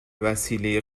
وسیله